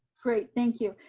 great, thank you.